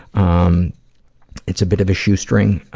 um it's a bit of a shoestring